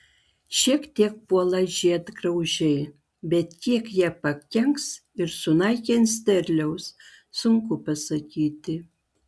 šiek tiek puola žiedgraužiai bet kiek jie pakenks ir sunaikins derliaus sunku pasakyti